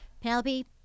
Penelope